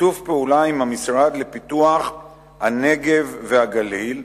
שיתוף פעולה עם המשרד לפיתוח הנגב והגליל,